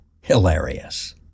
Hilarious